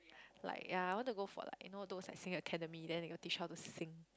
like ya I want to go for like you know those like singing academy then they got teach you how to sing